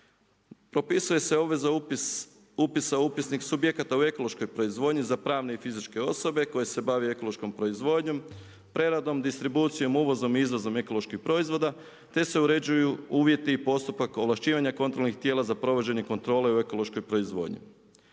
Propisuje se obveza za upis upisa upisnik subjekata u ekološkoj proizvodnji za pravne i fizičke osobe koje se bave ekološkom proizvodnjom, preradom, distribucijom, uvozom i izvozom ekoloških proizvoda te se uređuju uvjeti i postupak ovlašćivanja kontrolnih tijela za provođenje kontrole u ekološkoj proizvodnji.